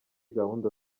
gahunda